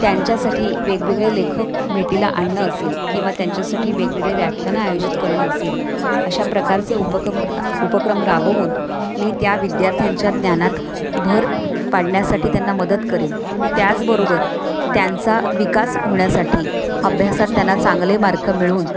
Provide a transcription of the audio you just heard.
त्यांच्यासाठी वेगवेगळे लेखक भेटीला आणणं असेल किंवा त्यांच्यासाठी वेगवेगळे व्याख्यानं आयोजित करणं असेल अशा प्रकारचे उपकम रा उपक्रम राबवून मी त्या विद्यार्थ्यांच्या ज्ञानात भर पाडण्यासाठी त्यांना मदत करेन त्याचबरोबर त्यांचा विकास होण्यासाठी अभ्यासात त्यांना चांगले मार्क मिळवून